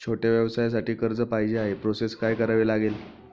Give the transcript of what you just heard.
छोट्या व्यवसायासाठी कर्ज पाहिजे आहे प्रोसेस काय करावी लागेल?